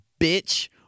bitch